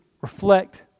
reflect